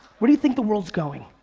where do you think the world's going?